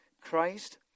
Christ